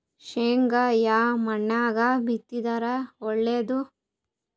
ಶೇಂಗಾ ಯಾ ಮಣ್ಣಾಗ ಬಿತ್ತಿದರ ಒಳ್ಳೇದು?